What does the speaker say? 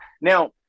Now